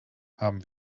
haben